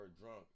drunk